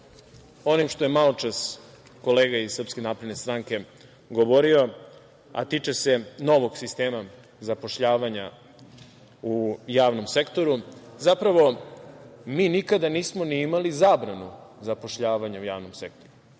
onim što je maločas kolega iz SNS govorio, a tiče se novog sistema zapošljavanja u javnom sektoru. Zapravo, mi nikada nismo ni imali zabranu zapošljavanja u javnom sektoru,